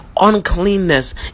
uncleanness